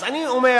אז אני אומר,